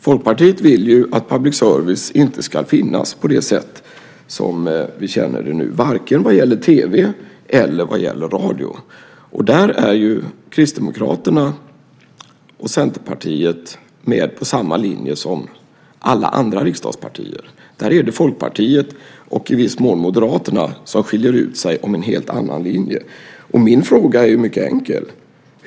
Folkpartiet vill att public service inte ska finnas på det sätt som vi känner det nu varken vad gäller tv eller vad gäller radio. Där är Kristdemokraterna och Centerpartiet med på samma linje som alla andra riksdagspartier. Där är det Folkpartiet och i viss mån Moderaterna som skiljer ut sig med en helt annan linje. Min fråga är mycket enkel.